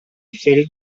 felt